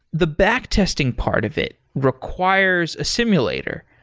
the back testing part of it requires a simulator,